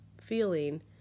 feeling